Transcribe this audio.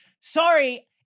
sorry